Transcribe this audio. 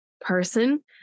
person